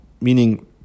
Meaning